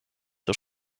zur